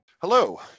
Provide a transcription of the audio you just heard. Hello